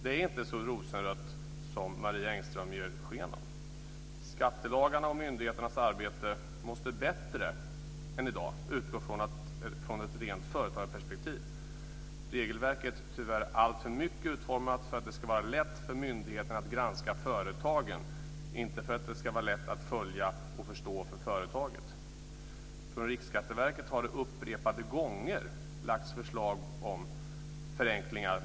Det är inte så rosenrött som Marie Engström ger sken av. Skattelagarna och myndigheternas arbete måste bättre än i dag utgå från ett rent företagarperspektiv. Regelverket är tyvärr alltför mycket utformat för att det ska vara lätt för myndigheterna att granska företagen, inte för att det ska vara lätt att följa och förstå för företagen. Från Riksskatteverket har det upprepade gånger lagts fram förslag om förenklingar.